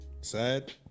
sad